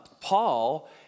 Paul